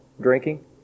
drinking